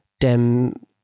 Dem